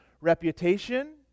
reputation